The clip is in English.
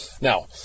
Now